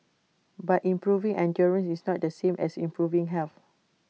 but improving and during is not the same as improving health